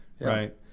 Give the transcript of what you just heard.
right